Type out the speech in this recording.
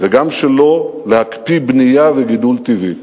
וגם שלא להקפיא בנייה וגידול טבעי.